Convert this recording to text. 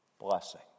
blessing